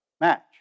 match